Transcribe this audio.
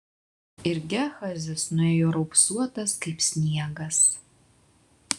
ir gehazis nuėjo raupsuotas kaip sniegas